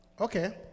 Okay